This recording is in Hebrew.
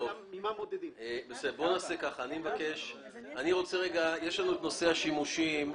יש לנו את נושא השימושים,